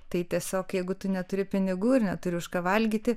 tai tiesiog jeigu tu neturi pinigų ir neturi už ką valgyti